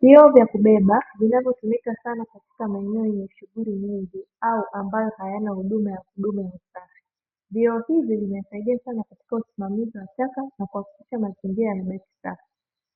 Vyoo vya kubeba vinavyotumika sana katika maeneo yenye shughuli nyingi au ambayo hayana huduma ya kudumu ya usafi. Vyoo hivi vimesaidia sana katika usimamizi wa taka na kuhakikisha mazingira yanabaki safi.